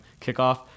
kickoff